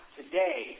today